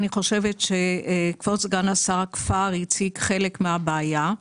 אני חושבת שכבוד סגן השר כבר הציג חלק מהבעיה.